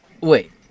Wait